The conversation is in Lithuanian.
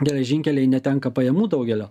geležinkeliai netenka pajamų daugelio